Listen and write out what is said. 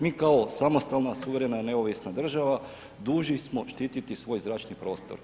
Mi kao samostalna suverena i neovisna država dužni smo štititi svoj zračni prostor.